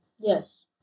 Yes